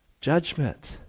Judgment